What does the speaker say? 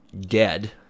dead